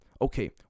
Okay